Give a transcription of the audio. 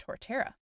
Torterra